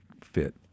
fit